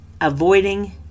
avoiding